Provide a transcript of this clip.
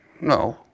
No